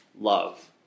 love